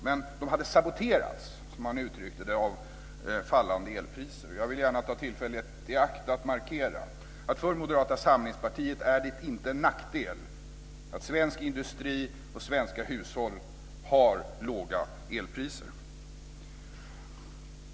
Men de hade saboterats, som han uttryckte det, av fallande elpriser. Jag vill gärna ta tillfället i akt att markera att för Moderata samlingspartiet är det inte en nackdel att svensk industri och svenska hushåll har låga elpriser.